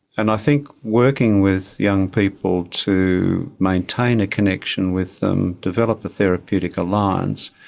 and i think working with young people to maintain a connection with them, develop a therapeutic alliance,